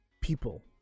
people